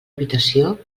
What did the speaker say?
habitació